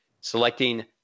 Selecting